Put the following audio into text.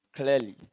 clearly